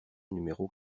numéro